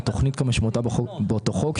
או תוכנית כמשמעותה באותו חוק,